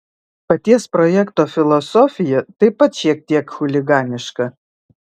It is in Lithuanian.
paties projekto filosofija taip pat šiek tiek chuliganiška